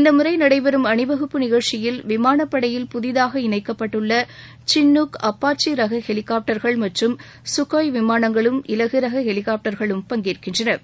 இந்தமுறை நடைபெறும் அணிவகுப்பு நிகழ்ச்சியில் விமானப்படையில் புதிதாக இணைக்கப்பட்டுள்ள சின்னுக் அப்பாச்சி ரக ஹெலிகாப்டர்கள் மற்றம் சுகாய் விமானங்களும் இலகுரக ஹெலிகாப்டர்களும் பங்கேற்கின்றன